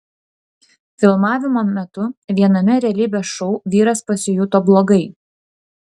filmavimo metu viename realybės šou vyras pasijuto blogai